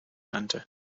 nannte